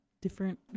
different